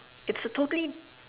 it's a totally